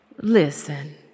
Listen